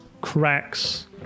cracks